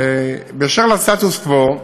באשר לסטטוס קוו,